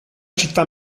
città